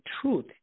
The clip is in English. truth